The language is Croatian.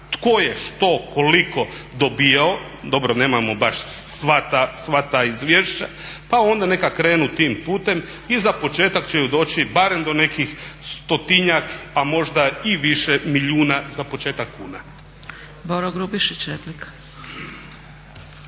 tko je što koliko dobivao, dobro nemamo baš sva ta izvješća pa onda neka krenu tim putem i za početak će ju doći barem do nekih 100-tinjak, a možda i više milijuna za početak kuna. **Zgrebec, Dragica